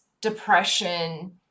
depression